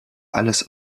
alles